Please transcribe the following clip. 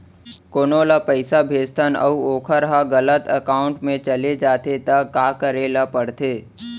कोनो ला पइसा भेजथन अऊ वोकर ह गलत एकाउंट में चले जथे त का करे ला पड़थे?